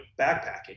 backpacking